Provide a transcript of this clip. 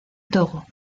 togo